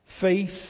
Faith